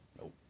Nope